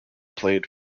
played